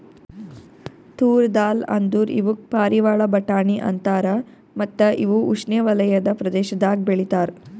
ತೂರ್ ದಾಲ್ ಅಂದುರ್ ಇವುಕ್ ಪಾರಿವಾಳ ಬಟಾಣಿ ಅಂತಾರ ಮತ್ತ ಇವು ಉಷ್ಣೆವಲಯದ ಪ್ರದೇಶದಾಗ್ ಬೆ ಳಿತಾರ್